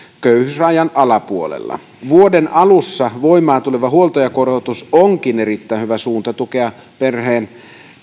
köyhyysrajan alapuolella vuoden alussa voimaan tuleva huoltajakorotus onkin erittäin hyvä suunta tukea perheen